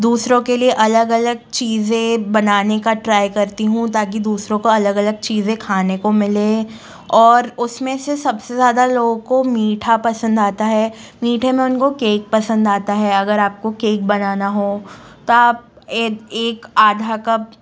दूसरों के लिए अलग अलग चीज़े बनाने का ट्राई करती हूँ ताकि दूसरों को अलग अलग चीज़े खाने को मिले और उस में से सब से ज़्यादा लोगों को मीठा पसंद आता है मीठे में उनको केक पसंद आता है अगर आपको केक बनाना हो तो आप एक एक आधा कप